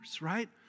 right